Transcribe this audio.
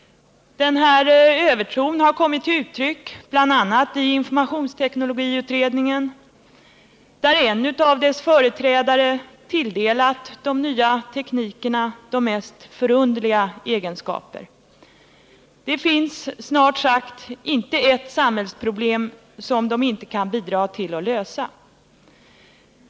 Övertron har kommit till uttryck bl.a. i informationsteknologiutredningen, där en av företrädarna för den här uppfattningen tilldelat de nya teknikerna de mest förunderliga egenskaper. Det finns snart sagt inte ett samhällsproblem som de inte kan bidra till att lösa.